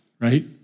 right